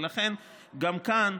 ולכן גם כאן,